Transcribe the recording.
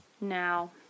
now